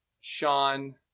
Sean